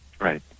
Right